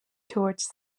towards